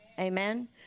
Amen